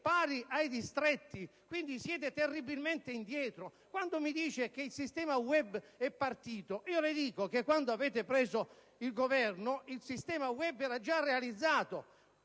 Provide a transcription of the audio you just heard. pari ai distretti: quindi siete terribilmente indietro. Quando mi dice che il sistema *web* è partito, io le dico che quando siete arrivati al Governo il sistema *web* era già stato realizzato.